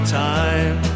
time